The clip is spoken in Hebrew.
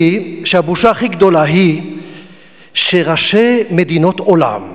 שהבושה הכי גדולה היא שראשי מדינות בעולם,